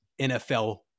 NFL